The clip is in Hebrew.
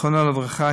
זיכרונו לברכה,